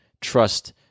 trust